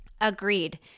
Agreed